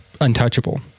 untouchable